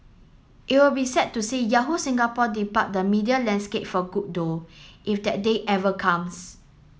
it will be sad to see Yahoo Singapore depart the media landscape for good though if that day ever comes